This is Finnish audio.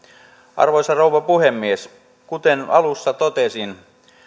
arvoisa rouva puhemies kuten alussa totesin